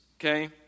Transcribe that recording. Okay